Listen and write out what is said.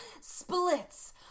Splits